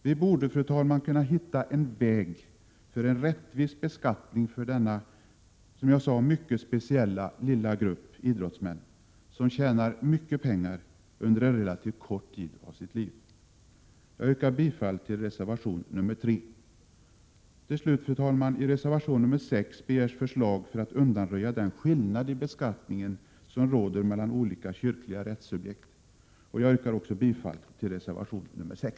Vi borde, fru talman, kunna hitta en väg för en rättvis beskattning för denna mycket speciella lilla grupp idrottsmän som tjänar mycket pengar under en relativt kort tid av sitt liv. Jag yrkar bifall till reservation nr 3. Slutligen, fru talman, begärs i reservation nr 6 förslag för att undanröja den skillnad i beskattningen som råder mellan olika kyrkliga rättssubjekt. Jag yrkar bifall till reservation 6.